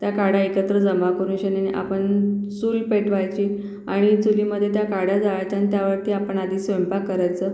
त्या काड्या एकत्र जमा करून शेनेने आपन चूल पेटवायची आणि चुलीमध्ये त्या काड्या जाळायच्या आणि त्यावरती आपण आधी स्वयंपाक करायचा